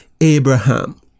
abraham